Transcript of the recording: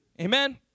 Amen